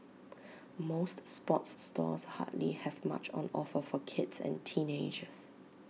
most sports stores hardly have much on offer for kids and teenagers